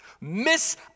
miss